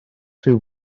rhyw